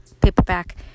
paperback